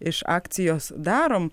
iš akcijos darom